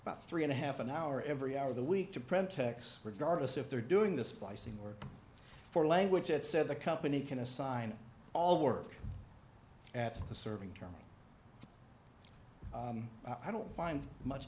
about three and a half an hour every hour of the week to print techs regardless if they're doing the splicing or for language that said the company can assign all the work at the serving terms i don't find much